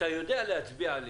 כשאתה יודע להצביע על